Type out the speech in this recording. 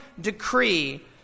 decree